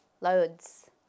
loads